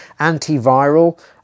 antiviral